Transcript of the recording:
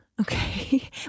Okay